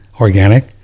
organic